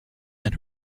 and